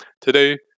Today